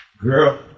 Girl